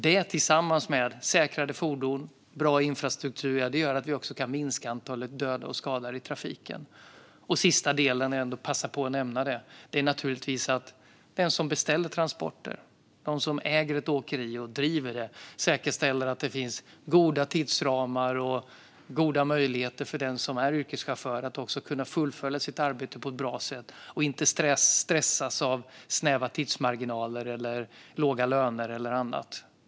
Detta tillsammans med säkrade fordon och bra infrastruktur gör att vi också kan minska antalet dödade och skadade i trafiken. Till sist vill jag ändå passa på att nämna att de som beställer transporter och de som äger och driver åkerier naturligtvis ska säkerställa att det finns goda tidsramar och goda möjligheter för den som är yrkeschaufför att också fullfölja sitt arbete på ett bra sätt. Chauffören ska inte stressas av snäva tidsmarginaler, låga löner eller annat.